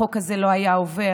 החוק הזה לא היה עובר,